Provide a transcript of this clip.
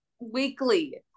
weekly